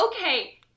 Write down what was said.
Okay